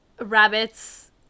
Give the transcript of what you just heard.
rabbits